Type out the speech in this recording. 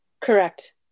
Correct